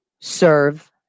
serve